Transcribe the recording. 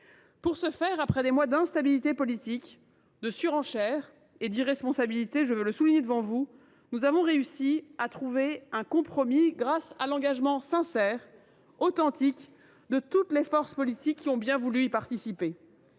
notre budget. Après des mois d’instabilité politique, de surenchère et d’irresponsabilité – j’y insiste –, nous avons réussi à trouver un compromis grâce à l’engagement sincère et authentique de toutes les forces politiques qui ont bien voulu y participer.